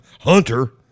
hunter